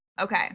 Okay